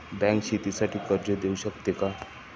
Bank शेतीसाठी कर्ज देऊ शकते का?